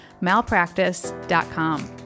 malpractice.com